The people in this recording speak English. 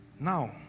now